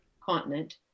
continent